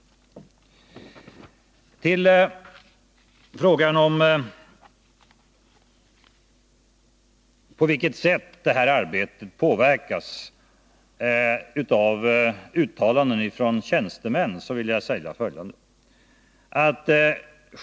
Beträffande frågan om på vilket sätt detta arbete påverkas av uttalanden från tjänstemän vill jag säga följande.